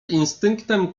instynktem